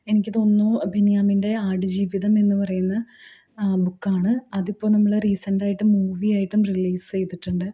എനിക്ക് തോന്നുന്നു ബെന്യാമിൻ്റെ ആട് ജീവിതം എന്ന് പറയുന്ന ബുക്ക് ആണ് അതിപ്പോൾ നമ്മൾ റീസെൻറ് ആയിട്ട് മൂവി ആയിട്ടും റിലീസ് ചെയ്തിട്ടുണ്ട്